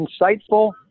insightful